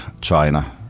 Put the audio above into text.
China